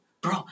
Bro